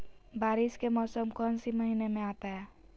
बारिस के मौसम कौन सी महीने में आता है?